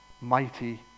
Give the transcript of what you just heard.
Mighty